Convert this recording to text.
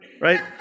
right